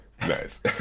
Nice